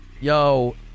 Yo